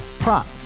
Prop